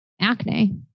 acne